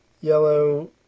yellow